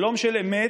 שלום של אמת,